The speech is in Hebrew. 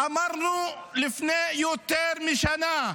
אמרנו לפני יותר משנה,